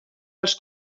als